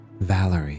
Valerie